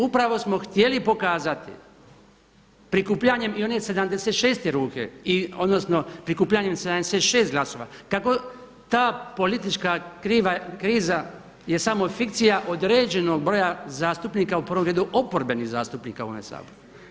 Upravo smo htjeli pokazati prikupljanjem i one 76 ruke, i odnosno prikupljanjem 76 glasova kako ta politička kriza je samo fikcija određenog broja zastupnika u prvom redu oporbenih zastupnika u ovome Saboru.